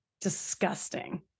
Disgusting